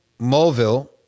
Mulville